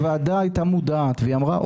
הוועדה הייתה מודעת והיא אמרה,